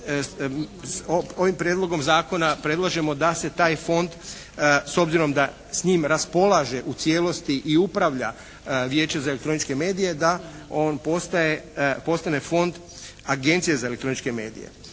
ovim prijedlogom zakona predlažemo da se taj fond s obzirom da s njim raspolaže u cijelosti i upravlja Vijeće za elektroničke medije da on postane fond Agencije za elektroničke medije.